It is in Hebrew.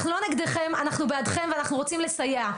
אנחנו לא נגדכם, אנחנו בעדכם, ואנחנו רוצים לסייע.